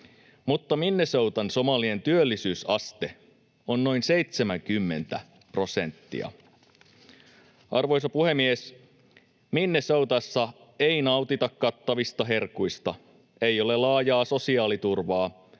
mutta Minnesotan somalien työllisyysaste on noin 70 prosenttia. Arvoisa puhemies, Minnesotassa ei nautita kattavista herkuista, ei ole laajaa sosiaaliturvaa,